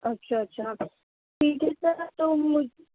اچھا اچھا ٹھیک ہے سر تو مجھ